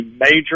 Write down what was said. major